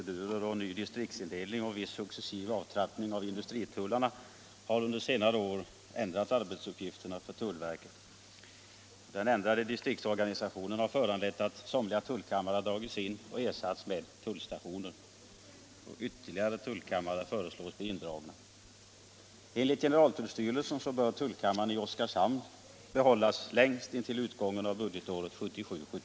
Den ändrade distriktsorganisationen har föranlett att somliga tullkammare har dragits in och ersatts med tullstationer. Ytterligare tullkammare föreslås bli indragna. Enligt generaltullstyrelsen bör tullkammaren i Oskarshamn behållas längst intill utgången av budgetåret 1977/78.